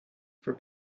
for